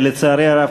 לצערי הרב,